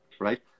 right